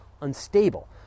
unstable